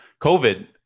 COVID